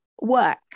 Work